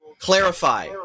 Clarify